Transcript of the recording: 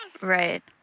Right